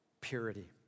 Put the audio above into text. Purity